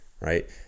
right